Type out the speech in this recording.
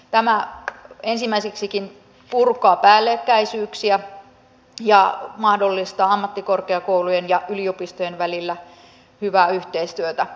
tämä ensimmäiseksikin purkaa päällekkäisyyksiä ja mahdollistaa ammattikorkeakoulujen ja yliopistojen välillä hyvää yhteistyötä